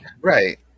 Right